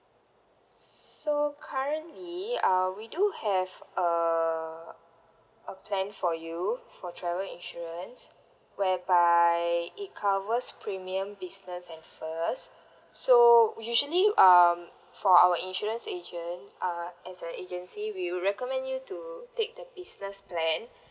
so currently uh we do have uh a plan for you for travel insurance whereby it covers premium business and first so usually um for our insurance agent uh as a agency we recommend you to take the business plan